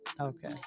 okay